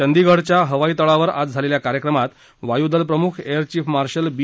चंदीगडच्या हवाई तळावर आज झालेल्या कार्यक्रमात वायुदलप्रमुख एअरचीफ मार्शल बी